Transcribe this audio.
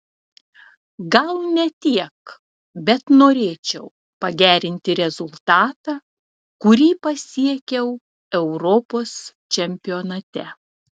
gal ne tiek bet norėčiau pagerinti rezultatą kurį pasiekiau europos čempionate